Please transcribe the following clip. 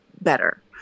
better